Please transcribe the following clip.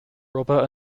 robert